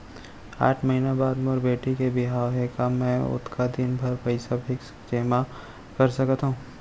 आठ महीना बाद मोर बेटी के बिहाव हे का मैं ओतका दिन भर पइसा फिक्स जेमा कर सकथव?